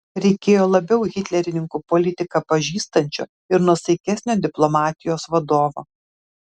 reikėjo labiau hitlerininkų politiką pažįstančio ir nuosaikesnio diplomatijos vadovo